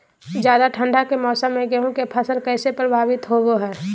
ज्यादा ठंड के मौसम में गेहूं के फसल कैसे प्रभावित होबो हय?